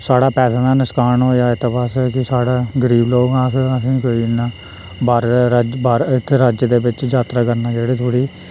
साढ़ा पैसे दे नसकान होएआ इत्त बास्तै कि साढ़ै गरीब लोक आं अस असेंई कोई इन्ना बाह्रा दा बाह्रा दा इत्त राज्य दे बिच्च यात्रा करना जेह्ड़ी थोह्ड़ी